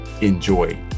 enjoy